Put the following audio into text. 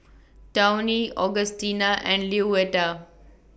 Tawny Augustina and Louetta